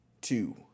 two